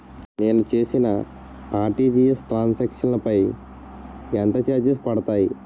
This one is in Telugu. నేను చేసిన ఆర్.టి.జి.ఎస్ ట్రాన్ సాంక్షన్ లో పై ఎంత చార్జెస్ పడతాయి?